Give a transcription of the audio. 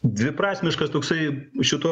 dviprasmiškas toksai šito